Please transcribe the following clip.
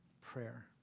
prayer